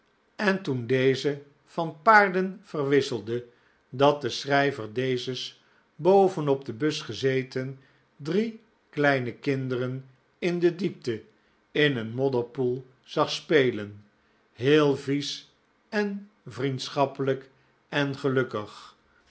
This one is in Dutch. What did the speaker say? en toen deze van paarden verwisselde dat de schrijver dezes bovenop den bus gezeten drie kleine kinderen in de diepte in een modderpoel zag spelen heel vies en vriendschappelijk en gelukkig